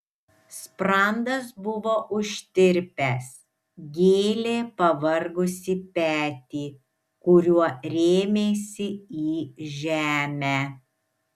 sprandas buvo užtirpęs gėlė pavargusį petį kuriuo rėmėsi į žemę